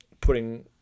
putting